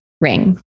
ring